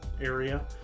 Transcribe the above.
area